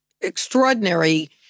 extraordinary